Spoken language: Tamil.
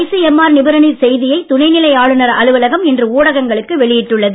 இதுபற்றிய ஐசிஎம்ஆர் நிபுணரின் செய்தியை துணை நிலை ஆளுநர் அலுவலகம் இன்று ஊடகங்களுக்கு வெளியிட்டுள்ளது